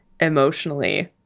emotionally